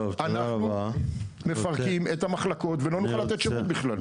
אנחנו מפרקים את המחלקות ולא נוכל לתת שירות בכלל.